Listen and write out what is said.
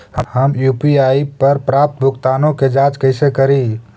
हम यु.पी.आई पर प्राप्त भुगतानों के जांच कैसे करी?